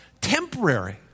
temporary